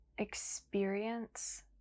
experience